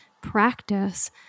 practice